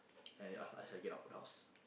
then I ask ask her get out of the house